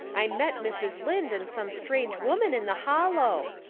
i met mrs. lynde and some strange woman in the hollow,